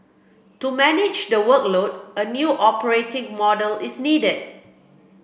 to manage the workload a new operating model is needed